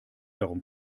darum